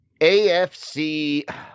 AFC